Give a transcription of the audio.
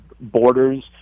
borders